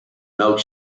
milk